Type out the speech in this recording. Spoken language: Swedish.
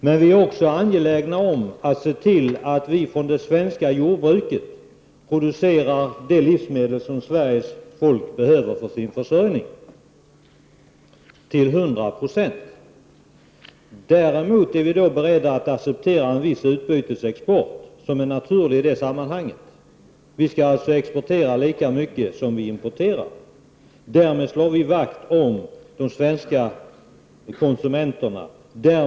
Men vi är också angelägna om att se till att man inom det svenska jordbruket till hundra procent producerar de livsmedel som Sveriges folk behöver för sin försörjning. Vi är dock beredda att acceptera en viss utbytesexport som är naturlig i det sammanhanget. Vi skall alltså exportera lika mycket som vi importerar. Därmed slår vi vakt om de svenska konsumenterna.